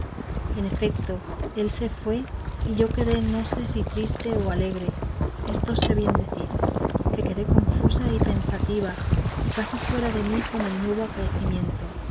en efecto él se fue y yo quedé ni sé si triste o alegre esto sé bien decir que quedé confusa y pensativa y casi fuera de mí con el nuevo acaecimiento